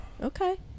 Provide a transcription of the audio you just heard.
Okay